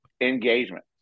Engagement